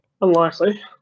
Unlikely